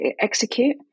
execute